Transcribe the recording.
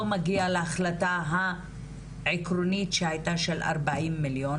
מגיע להחלטה העקרונית שהיתה של 40 מיליון,